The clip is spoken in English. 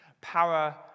Power